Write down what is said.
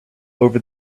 over